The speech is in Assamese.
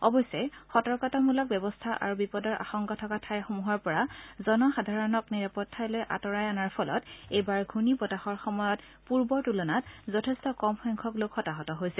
অৱশ্যে সতৰ্কতামূলক ব্যৱস্থা আৰু বিপদৰ আশংকা থকা ঠাইসমূহৰ পৰা জনসাধাৰণক নিৰাপদ ঠাইলৈ আঁতৰাই অনাৰ ফলত এইবাৰ ঘূৰ্ণীবতাহৰ সময়ত পূৰ্বৰ তূলনাত যথেষ্ট কম সংখ্যক লোক হতাহত হৈছে